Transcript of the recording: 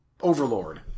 Overlord